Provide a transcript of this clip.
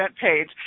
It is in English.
page